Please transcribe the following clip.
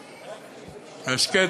הסכת.